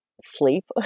sleep